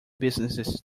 businesses